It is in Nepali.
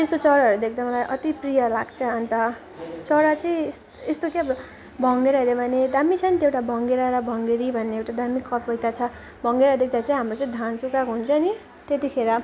त्यस्तो चराहरू देख्दा मलाई अति प्रिय लाग्छ अन्त चरा चाहिँ यस्तो यस्तो के भङ्गेराहरू भने दामी छ नि त्यो एउटा भङ्गेरा र भङ्गेरी भन्ने एउटा दामी कबिता छ भङ्गेरा देख्दा चाहिँ हाम्रो चाहिँ धान सुकाएको हुन्छ नि त्यतिखेर